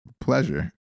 pleasure